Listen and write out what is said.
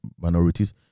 minorities